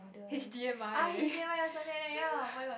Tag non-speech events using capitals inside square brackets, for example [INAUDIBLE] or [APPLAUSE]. H_D_M_I [LAUGHS]